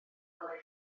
welai